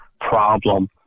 problem